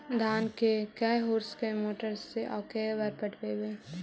धान के के होंस के मोटर से औ के बार पटइबै?